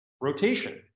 Rotation